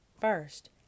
first